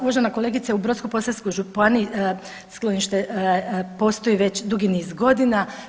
Uvažena kolegice u Brodsko-posavskoj županiji sklonište postoji već dugi niz godina.